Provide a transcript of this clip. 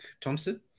Thompson